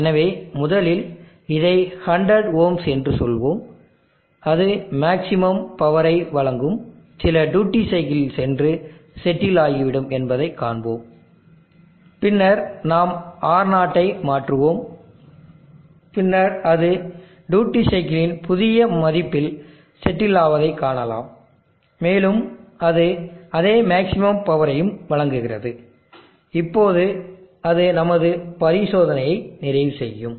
எனவே முதலில் இதை 100 ஓம்ஸ் என்று சொல்வோம் அது மேக்ஸிமம் பவரை வழங்கும் சில டியூட்டி சைக்கிளில் சென்று செட்டில் ஆகிவிடும் என்பதைக் காண்போம் பின்னர் நாம் R0 ஐ மாற்றுவோம் பின்னர் அது டியூட்டி சைக்கிளின் புதிய மதிப்பில் செட்டில் ஆவதை காணலாம் மேலும் அது அதே மேக்ஸிமம் பவரையும் வழங்குகிறது இப்போது அது நமது பரிசோதனையை நிறைவு செய்யும்